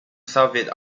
service